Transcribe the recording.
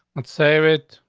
let's save it.